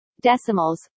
decimals